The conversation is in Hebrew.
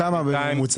בכמה בממוצע?